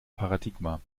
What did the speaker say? paradigma